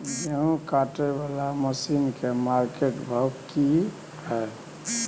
गेहूं काटय वाला मसीन के मार्केट भाव की हय?